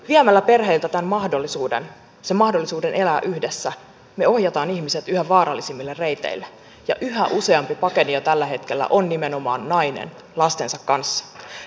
viemällä perheiltä tämän mahdollisuuden sen mahdollisuuden elää yhdessä me ohjaamme ihmiset yhä vaarallisemmille reiteille ja yhä useampi pakenija tällä hetkellä on nimenomaan nainen lastensa kanssa